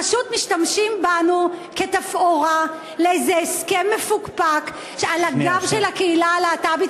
פשוט משתמשים בנו כתפאורה לאיזה הסכם מפוקפק על הגב של הקהילה הלהט"בית.